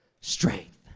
Strength